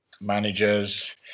managers